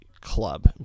club